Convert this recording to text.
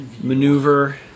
maneuver